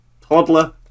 toddler